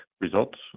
results